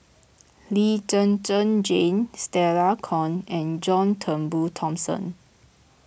Lee Zhen Zhen Jane Stella Kon and John Turnbull Thomson